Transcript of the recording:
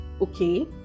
okay